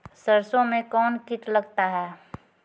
सरसों मे कौन कीट लगता हैं?